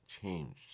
changed